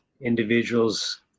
individuals